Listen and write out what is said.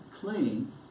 clean